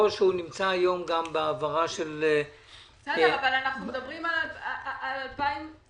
חברים, אנחנו בחודש